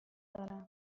دارم